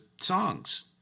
songs